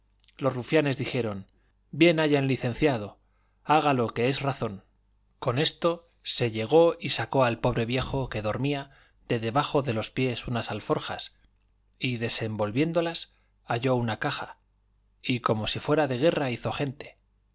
los rufianes dijeron bien haya el licenciado hágalo que es razón con esto se llegó y sacó al pobre viejo que dormía de debajo de los pies unas alforjas y desenvolviéndolas halló una caja y como si fuera de guerra hizo gente